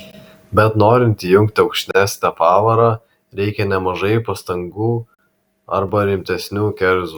bet norint įjungti aukštesnę pavarą reikia nemažai pastangų arba rimtesnių kerzų